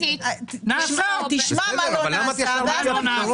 תשמע מה לא נעשה ואז תבין.